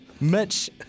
Mitch